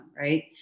Right